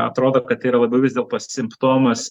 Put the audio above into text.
atrodo kad tai yra labai vis dėlto simptomas